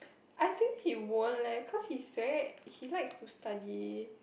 I think he won't leh cause he's very he likes to study